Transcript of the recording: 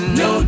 no